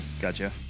Gotcha